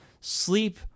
sleep